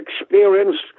experienced